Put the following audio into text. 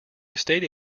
estate